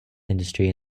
industry